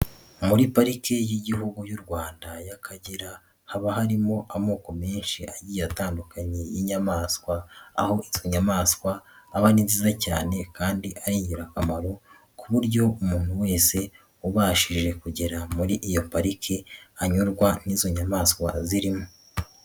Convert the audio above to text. Muri pariki y'igihugu y'u Rwanda y'Akagera, haba harimo amoko menshi atandukanye y'inyamaswa, aho izo inyamaswa aba ari nziza cyane kandi ari ingirakamaro, ku buryo umuntu wese ubashije kugera muri iyo pariki, anyurwa n'izo nyamaswa zirimo.